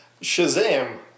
Shazam